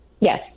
Yes